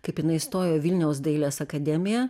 kaip jinai stojo į vilniaus dailės akademiją